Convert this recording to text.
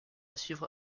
suivre